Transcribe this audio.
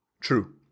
True